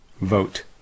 Vote